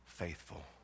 faithful